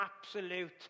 absolute